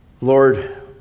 Lord